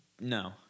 No